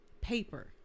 paper